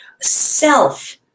self